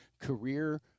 career